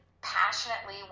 passionately